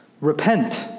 Repent